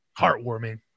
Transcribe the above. heartwarming